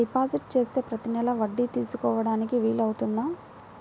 Deposit చేస్తే ప్రతి నెల వడ్డీ తీసుకోవడానికి వీలు అవుతుందా?